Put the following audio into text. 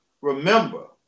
Remember